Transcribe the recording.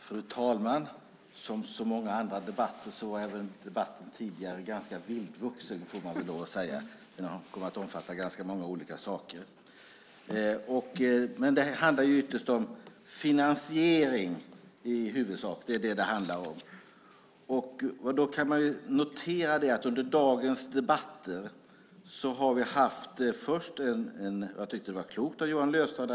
Fru talman! Som så många andra debatter var den här debatten tidigare ganska vildvuxen, kan man säga. Den kom att omfatta ganska många olika saker. Det handlar ytterst om finansiering. Man kan notera att vi under dagens debatter har diskuterat stimulanser till småhusindustrin.